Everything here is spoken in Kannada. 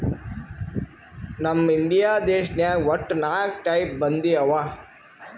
ನಮ್ ಇಂಡಿಯಾ ದೇಶನಾಗ್ ವಟ್ಟ ನಾಕ್ ಟೈಪ್ ಬಂದಿ ಅವಾ